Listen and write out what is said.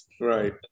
right